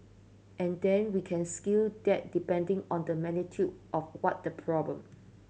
and then we can scale that depending on the magnitude of what the problem